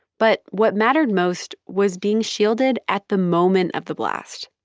but what mattered most was being shielded at the moment of the blast.